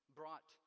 brought